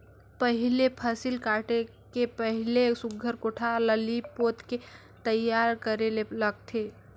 पहिले फसिल काटे के पहिले सुग्घर कोठार ल लीप पोत के तइयार करे ले लागथे